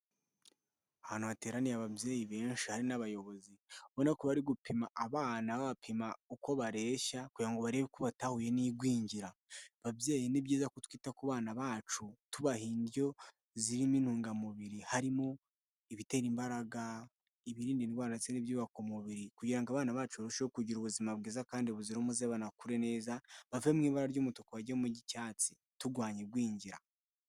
Ahantu hateraniye ababyeyi benshi hari n'abayobozi babona ko bari gupima abana babapima uko bareshya kugira ngo barebe ko batahuye n'igwingira, ababyeyi ni byiza ko twita ku bana bacu tubaha indyo zirimo intungamubiri harimo ibitera imbaraga, ibirinda indwara ndetse n'ibyubaka umubiri kugira ngo abana bacu barusheho kugira ubuzima bwiza kandi buzira umuze banakure neza, bave mu ibara ry'umutuku bage mu ry'icyatsi turwanya igwingira.